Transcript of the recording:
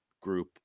group